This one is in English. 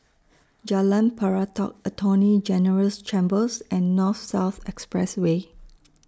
Jalan Pelatok Attorney General's Chambers and North South Expressway